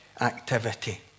activity